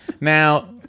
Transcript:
now